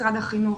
משרד החינוך,